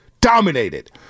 Dominated